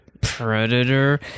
Predator